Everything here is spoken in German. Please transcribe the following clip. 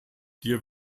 dir